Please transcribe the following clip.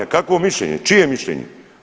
Kakvo mišljenje, čije mišljenje?